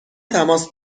تماس